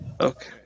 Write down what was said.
Okay